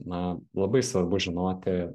na labai svarbu žinoti